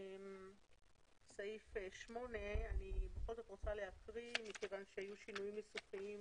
את סעיף 8 אני רוצה להקריא כיוון שהיו שינויים ניסוחיים.